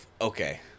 Okay